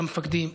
את המפקדים,